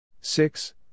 six